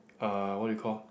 uh what do you call